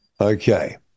Okay